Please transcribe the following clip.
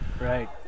Right